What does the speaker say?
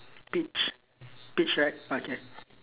peach peach right okay